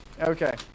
Okay